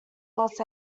los